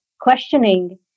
questioning